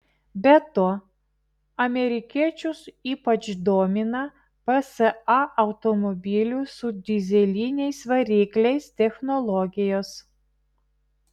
be to amerikiečius ypač domina psa automobilių su dyzeliniais varikliais technologijos